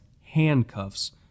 handcuffs